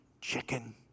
chicken